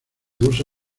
usa